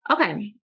Okay